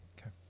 Okay